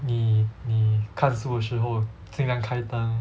你你看书的时候尽量开灯